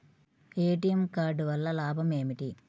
ATM card వల్ల లాభం ఏమిటి?